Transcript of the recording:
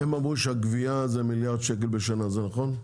הם אמרו שהגבייה זה מיליארד שקל בשנה, זה נכון?